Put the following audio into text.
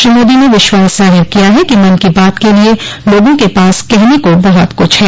श्री मोदी ने विश्वास ज़ाहिर किया है कि मन की बात के लिए लोगों के पास कहने को बहुत कुछ है